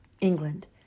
England